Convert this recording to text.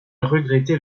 regrettait